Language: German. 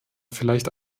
vielleicht